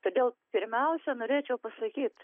todėl pirmiausia norėčiau pasakyt